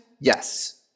Yes